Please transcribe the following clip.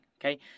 Okay